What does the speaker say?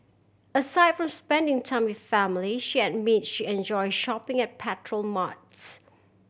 aside from spending time with family she admit she enjoy shopping at petrol marts